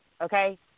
Okay